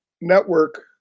network